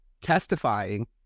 testifying